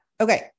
okay